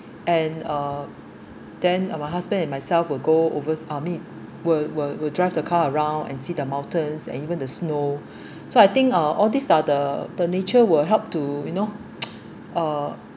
and uh then uh my husband and myself will go overs uh I mean will will will drive the car around and see the mountains and even the snow so I think uh all these are the the nature will help to you know uh